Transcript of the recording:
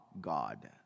God